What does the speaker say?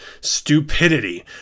Stupidity